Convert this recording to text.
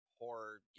horror